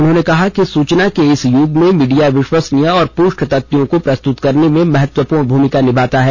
उन्होंने कहा कि सूचना के इस यूग में मीडिया विश्वसनीय और पुष्ट तथ्यों को प्रस्तुत करने मे महत्वपूर्ण भूमिका निभाता है